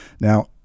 Now